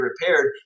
repaired